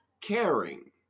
caring